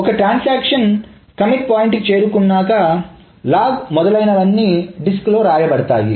ఒక transaction commit point కి చేరుకున్నాక లాగ్ మొదలైనవన్నీ డిస్క్ లో వ్రాయబడతాయి